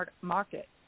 market